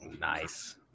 nice